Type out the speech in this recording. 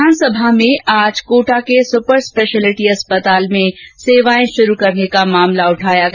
विधानसभा में आज कोटा के सुपर स्पेशलिटी अस्पताल में सेवाएं शुरू करने का मामला उठाया गया